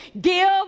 give